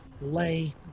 lay